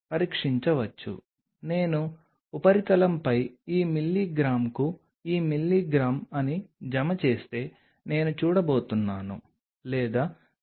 మేము మాట్లాడినదంతా మీరు ఉపరితలాన్ని తెలుసుకోవడానికి మొదటి టెక్నిక్గా అటామిక్ ఫోర్స్ మైక్రోస్కోపీని చేయాలి రెండవది మీరు రెండవ స్థాయి పరీక్షలో కాంటాక్ట్ యాంగిల్ కొలత చేయాలి